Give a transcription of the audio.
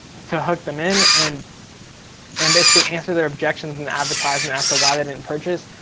to hook them in in and basically answer their objections in the advertisement as to why they didn't purchase.